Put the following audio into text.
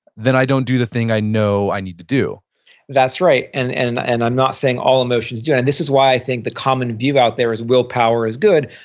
then i don't do the thing i know i need to do that's right. and and and i'm not saying all emotions do. and this is why i think the common view out there is willpower is good,